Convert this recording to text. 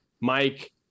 Mike